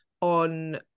on